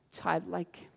childlike